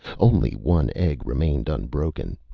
only one egg remained unbroken.